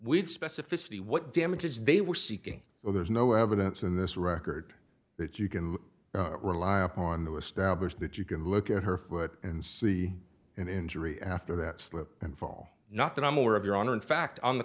we'd specificity what damages they were seeking so there's no evidence in this record that you can rely upon the established that you can look at her foot and see an injury after that slip and fall not that i'm aware of your honor in fact on the